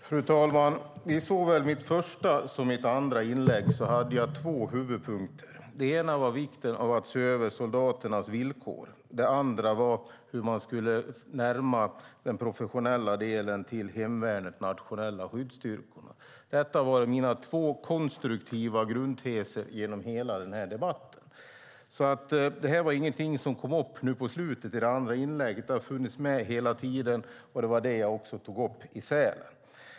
Fru talman! I såväl mitt första som mitt andra inlägg hade jag två huvudpunkter. Det ena var vikten av att se över soldaternas villkor, och det andra var hur man skulle närma den professionella delen till Hemvärnet med de nationella skyddsstyrkorna. Detta har varit mina två konstruktiva grundteser genom hela denna debatt. Det var alltså ingenting som kom upp i slutet av det andra inlägget; det har funnits med hela tiden. Det var också det jag tog upp i Sälen.